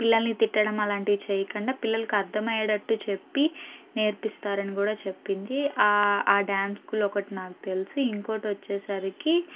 పిల్లల్ని తిట్టడం అలాంటివి చేయకుండా పిల్లలకర్థం అయ్యేటట్టు చెప్పి నేర్పిస్తారని కూడా చెప్పింది ఆ డ్యాన్స్ స్కూల్ ఒకటి నాకు తెలిసి ఇంకోటొచ్చేసరికి